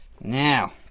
now